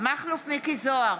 מכלוף מיקי זוהר,